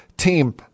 team